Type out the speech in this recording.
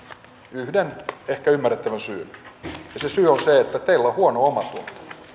yhden ehkä ymmärrettävän syyn ja se syy on se että teillä on huono omatunto